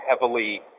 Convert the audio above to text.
heavily